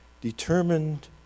determined